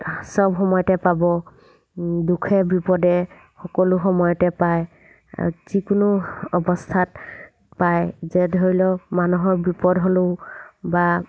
চব সময়তে পাব দুখে বিপদে সকলো সময়তে পায় যিকোনো অৱস্থাত পায় যে ধৰি লওক মানুহৰ বিপদ হ'লেও বা